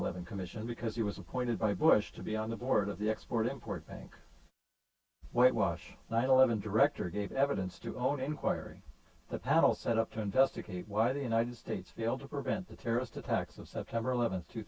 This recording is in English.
eleven commission because he was appointed by bush to be on the board of the export import bank white wash nine eleven director gave evidence to own inquiry the panel set up to investigate why the united states be able to prevent the terrorist attacks of september eleventh two